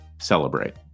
celebrate